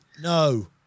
No